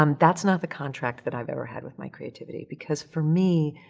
um that's not the contract that i've ever had with my creativity because for me,